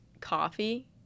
coffee